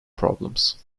problems